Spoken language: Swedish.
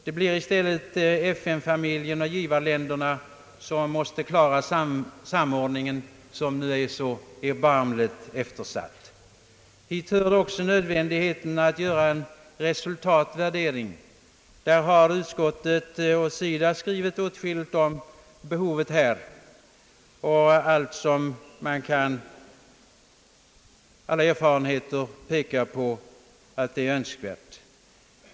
Det blir i stället FN-familjen och givarländerna som måste söka klara samordningen vilken nu är så erbarmligt eftersatt. Hit hör också nödvändigheten av att göra en resultatvärdering. Både från utskottets och från SIDA:s håll har det skrivits åtskilligt om behovet av en sådan, och alla erfarenheter pekar på att en sådan är önskvärd.